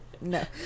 No